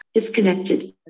Disconnected